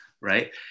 Right